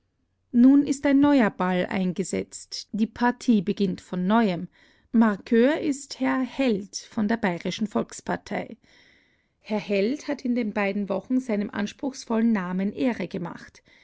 nun ist ein neuer ball eingesetzt die partie beginnt von neuem marqueur ist herr held von der bayerischen volkspartei herr held hat in den beiden wochen seinem anspruchsvollen namen ehre gemacht